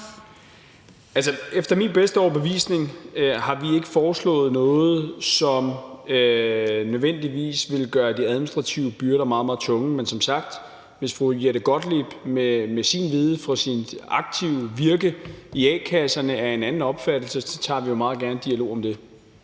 efter min bedste overbevisning har vi ikke foreslået noget, som nødvendigvis vil gøre de administrative byrder meget, meget tunge. Men som sagt, hvis fru Jette Gottlieb med sin viden fra sit aktive virke i a-kasserne er af en anden opfattelse, tager vi meget gerne en dialog om det.